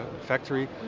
factory